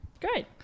Great